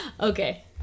okay